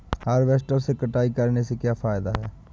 Harvester से कटाई करने से क्या फायदा है?